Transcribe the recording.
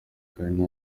kandi